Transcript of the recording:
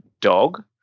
dog